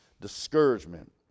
discouragement